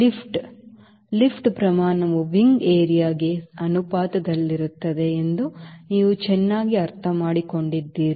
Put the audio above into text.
lift lift ಪ್ರಮಾಣವು wing areaಕ್ಕೆ ಅನುಪಾತದಲ್ಲಿರುತ್ತದೆ ಎಂದು ನೀವು ಚೆನ್ನಾಗಿ ಅರ್ಥಮಾಡಿಕೊಂಡಿದ್ದೀರಿ